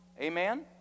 Amen